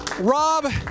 Rob